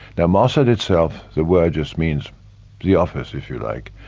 now mossad itself, the word just means the office if you like,